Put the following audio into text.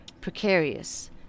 precarious